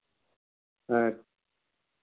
ᱦᱮᱸ